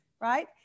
right